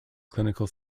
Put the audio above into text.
clinical